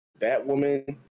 batwoman